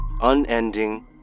unending